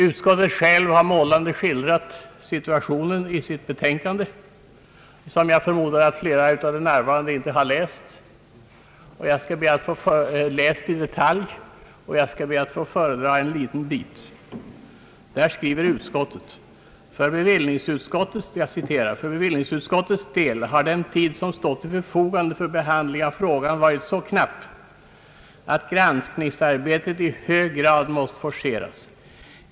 Utskottet har självt utförligt skildrat situationen i sitt betänkande, som jag förmodar att flera av de närvarande inte har läst i detalj, och jag skall be att få föredraga en liten bit. Så här skriver utskottet på sidan 77 1 betänkande nr 45: »För bevillningsutskottets del har den tid som stått till förfogande för behandling av frågan varit så knapp att granskningsarbetet i hög grad måst forceras.